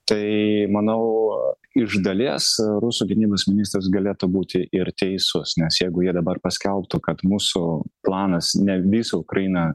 tai manau iš dalies rusų gynybos ministras galėtų būti ir teisus nes jeigu jie dabar paskelbtų kad mūsų planas ne visą ukrainą